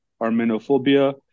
armenophobia